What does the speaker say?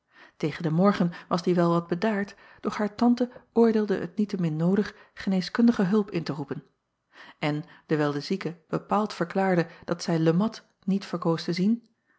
egen den morgen was die wel wat bedaard doch haar tante oordeelde het niet-te-min noodig geneeskundige hulp in te roepen en dewijl de zieke bepaald verklaarde dat zij e at niet verkoos te zien